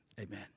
Amen